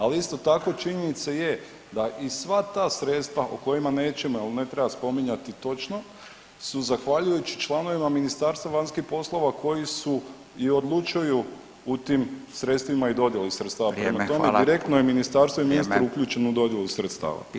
Ali isto tako činjenica je da i sva ta sredstva o kojima nećemo jer ne treba spominjati točno su zahvaljujući članovima Ministarstva vanjskih poslova koji su i odlučuju u tim sredstvima i dodjeli sredstava [[Upadica: Vrijeme, hvala.]] Prema tome direktno je ministarstvo [[Upadica: Vrijeme.]] i ministar uključen u dodjelu sredstava.